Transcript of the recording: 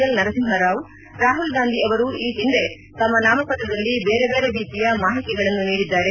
L Narasimha Rao Rahul Gandhi ಅವರು ಈ ಹಿಂದೆ ತಮ್ಮ ನಾಮಪತ್ರದಲ್ಲಿ ಬೇರೆ ಬೇರೆ ರೀತಿಯ ಮಾಹಿತಿಗಳನ್ನು ನೀಡಿದ್ದಾರೆ